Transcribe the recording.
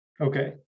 okay